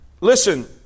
Listen